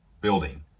building